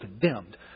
condemned